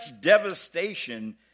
devastation